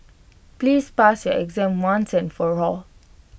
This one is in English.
please pass your exam once and for all